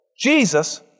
Jesus